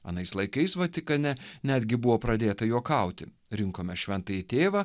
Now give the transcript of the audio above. anais laikais vatikane netgi buvo pradėta juokauti rinkome šventąjį tėvą